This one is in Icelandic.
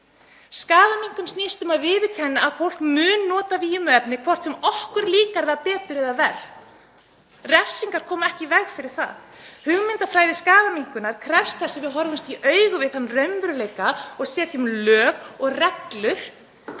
Skaðaminnkun snýst um að viðurkenna að fólk mun nota vímuefni, hvort sem okkur líkar það betur eða verr. Refsingar komi ekki í veg fyrir það. Hugmyndafræði skaðaminnkunar krefst þess að við horfumst í augu við þann raunveruleika og setjum lög og reglur